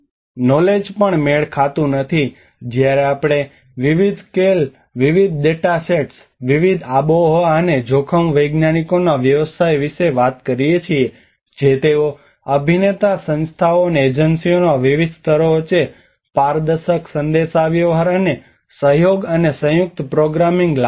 knowledge પણ મેળ ખાતું નથી જ્યારે આપણે વિવિધ સ્કેલ વિવિધ ડેટા સેટ્સ વિવિધ આબોહવા અને જોખમ વૈજ્ઞાનિકના વ્યવસાયિકો વિશે વાત કરીએ છીએ જે તેઓ અભિનેતા સંસ્થાઓ અને એજન્સીઓના વિવિધ સ્તરો વચ્ચે પારદર્શક સંદેશાવ્યવહાર અને સહયોગ અને સંયુક્ત પ્રોગ્રામિંગ લાવતા નથી